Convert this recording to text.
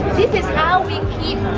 this is how we and keep